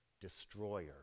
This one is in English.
destroyer